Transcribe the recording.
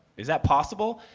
is that possible?